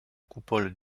coupole